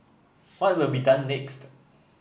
what will be done next